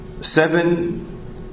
seven